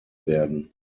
werden